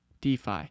DeFi